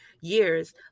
years